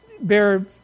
bear